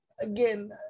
again